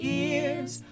ears